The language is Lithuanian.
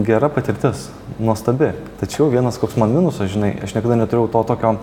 gera patirtis nuostabi tačiau vienas koks man minusas žinai aš niekada neturėjau to tokio